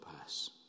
pass